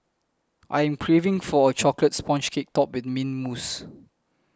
I am craving for a Chocolate Sponge Cake Topped with Mint Mousse